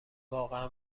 واقعا